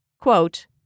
Quote